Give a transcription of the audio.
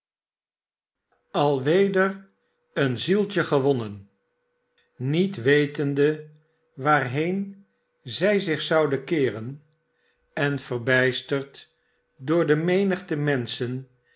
alweder een zieltje gewonnen niet wetende waarheen zij zich zouden keeren en verbijsterd door de menigte menschen